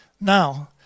Now